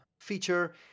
feature